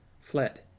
fled